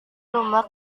rumah